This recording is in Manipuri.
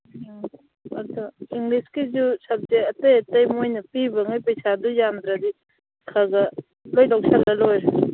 ꯎꯝ ꯑꯗꯣ ꯏꯪꯂꯤꯁꯀꯤꯁꯨ ꯁꯕꯖꯦꯛ ꯑꯇꯩ ꯑꯇꯩ ꯃꯣꯏꯅ ꯄꯤꯕꯉꯩ ꯄꯩꯁꯥꯗꯣ ꯌꯥꯝꯗ꯭ꯔꯗꯤ ꯈꯒ ꯂꯣꯏ ꯂꯧꯁꯜꯂ ꯂꯣꯏꯔꯦ